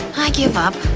i give up.